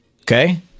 Okay